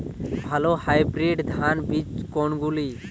ভালো হাইব্রিড ধান বীজ কোনগুলি?